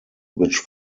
which